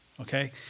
Okay